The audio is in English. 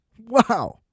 Wow